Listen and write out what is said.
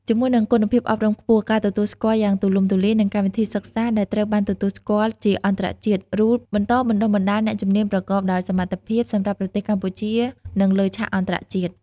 ជាមួយនឹងគុណភាពអប់រំខ្ពស់ ការទទួលស្គាល់យ៉ាងទូលំទូលាយ និងកម្មវិធីសិក្សាដែលត្រូវបានទទួលស្គាល់ជាអន្តរជាតិ RULE បន្តបណ្តុះបណ្តាលអ្នកជំនាញប្រកបដោយសមត្ថភាពសម្រាប់ប្រទេសកម្ពុជា និងលើឆាកអន្តរជាតិ។